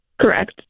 Correct